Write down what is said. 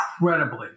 incredibly